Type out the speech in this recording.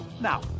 Now